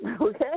okay